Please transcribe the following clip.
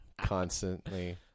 Constantly